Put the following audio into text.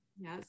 yes